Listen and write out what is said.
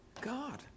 God